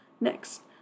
Next